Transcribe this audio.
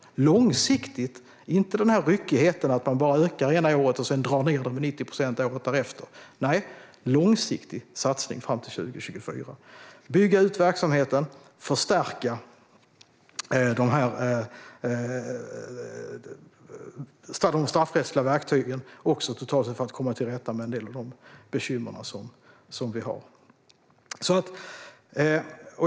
Det sker långsiktigt och inte med den här ryckigheten att man bara ökar det ena året och drar ned med 90 procent året därefter. Det är en långsiktig satsning fram till 2024. Det handlar om att bygga ut verksamheten och förstärka de straffrättsliga verktygen totalt sett för att komma till rätta med en del av de bekymmer vi har.